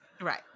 Right